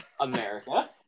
America